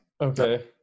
Okay